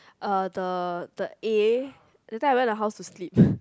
uh uh the the A that time I went her house to sleep